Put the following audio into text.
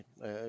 right